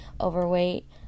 overweight